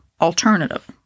alternative